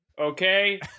okay